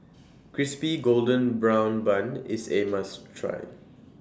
Crispy Golden Brown Bun IS A must Try